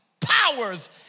powers